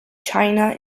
china